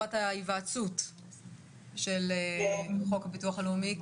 חובת ההיוועצות של חוק הביטוח הלאומי.